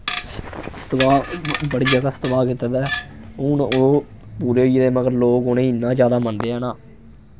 स सतवाह् बड़ी जगह सतवाह् कीत्ते दा ऐ हून ओह् पूरे होई गेदे मगर लोक उ'नेंगी इन्ना ज्यादा मन्नदे ऐ ना